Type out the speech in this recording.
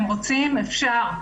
אם רוצים אפשר.